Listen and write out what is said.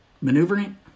Maneuvering